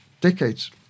decades